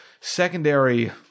secondary